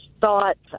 thoughts